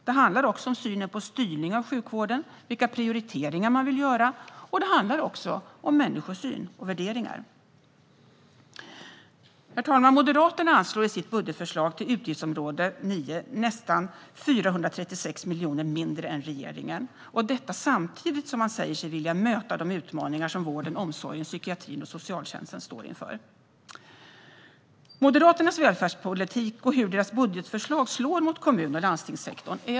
Den handlar också om synen på styrning av sjukvården, vilka prioriteringar man vill göra och om människosyn och värderingar. Herr talman! Moderaterna anslår i sitt budgetförslag till utgiftsområde 9 nästan 436 miljoner mindre än regeringen, och detta samtidigt som man säger sig vilja möta de utmaningar som vården, omsorgen, psykiatrin och socialtjänsten står inför. Det är väldigt svårt att få grepp om Moderaternas välfärdspolitik och hur deras budgetförslag slår mot kommun och landstingssektorn.